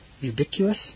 ubiquitous